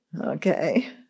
Okay